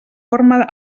forma